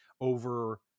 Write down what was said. over